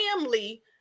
family